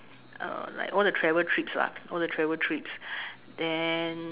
uh like all the travel trips lah all the travel trips then